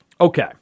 Okay